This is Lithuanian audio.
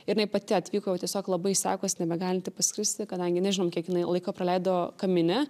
ir jinai pati atvyko jau tiesiog labai išsekus nebegalinti paskristi kadangi nežinom kiek jinai laiko praleido kamine